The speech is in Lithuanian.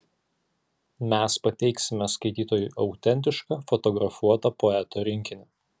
mes pateiksime skaitytojui autentišką fotografuotą poeto rinkinį